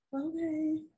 Okay